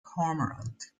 cormorant